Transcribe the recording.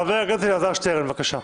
חבר הכנסת אלעזר שטרן, בבקשה.